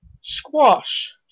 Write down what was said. Squash